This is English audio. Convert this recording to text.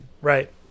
Right